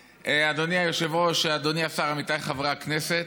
אדוני היושב-ראש, אדוני השר, עמיתיי חברי הכנסת,